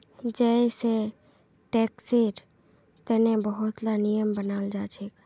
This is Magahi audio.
जै सै टैक्सेर तने बहुत ला नियम बनाल जाछेक